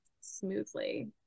smoothly